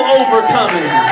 overcoming